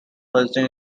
hudson